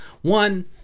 one